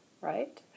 right